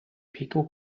peko